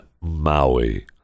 Maui